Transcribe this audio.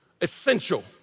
Essential